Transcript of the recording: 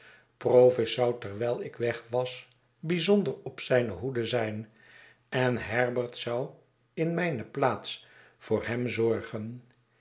provis zou terwijl ik weg was bijzonder op zijne hoedezijn en herbert zou in mijne plaats voor hem zorgen